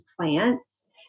plants